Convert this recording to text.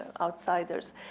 outsiders